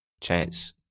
Chance